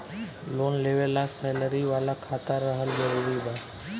Loan लेवे ला salary वाला खाता रहल जरूरी बा?